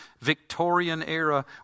Victorian-era